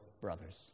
brothers